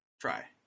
try